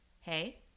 Hey